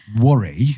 worry